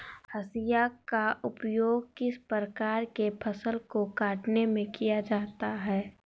हाशिया का उपयोग किस प्रकार के फसल को कटने में किया जाता है?